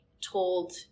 told –